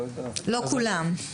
לא כולם.